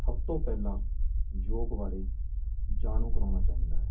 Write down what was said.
ਸਭ ਤੋਂ ਪਹਿਲਾਂ ਯੋਗ ਬਾਰੇ ਜਾਣੂ ਕਰਵਾਉਣਾ ਚਾਹੀਦਾ ਹੈ